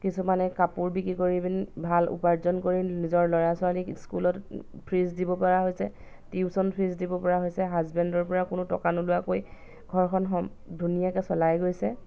কিছুমানে কাপোৰ বিক্ৰী কৰি পিনি ভাল উপাৰ্জন কৰি নিজৰ ল'ৰা ছোৱালীক স্কুলত ফিজ দিব পৰা হৈছে টিউশ্যন ফিজ দিব পৰা হৈছে হাজবেণ্ডৰ পৰা কোনো টকা নোলোৱাকৈ ঘৰখন সম ধুনীয়াকৈ চলাই গৈছে